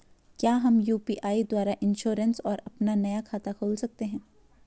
क्या हम यु.पी.आई द्वारा इन्श्योरेंस और अपना नया खाता खोल सकते हैं?